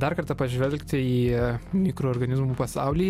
dar kartą pažvelgti į mikroorganizmų pasaulį